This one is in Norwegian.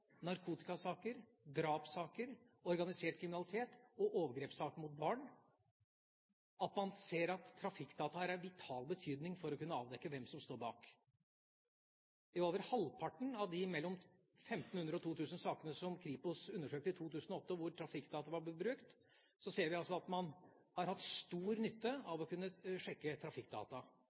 narkotikasaker, drapssaker, organisert kriminalitet og overgrepssaker mot barn, at man ser at trafikkdata er av vital betydning for å kunne avdekke hvem som står bak. I over halvparten av de mellom 1 500 og 2 000 sakene som Kripos undersøkte i 2008, og hvor trafikkdata var brukt, ser vi at man har hatt stor nytte av å kunne sjekke trafikkdata.